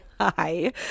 hi